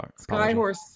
Skyhorse